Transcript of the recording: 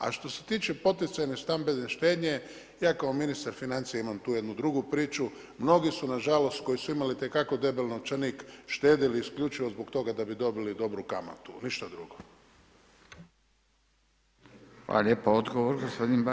A što se tiče poticajne stambene štednje, ja kao ministar financija imam tu jednu drugu priču, mnogi su nažalost koji su imali itekako debeli novčanik štedjeli isključivo zbog toga da bi dobili dobru kamatu, ništa drugo.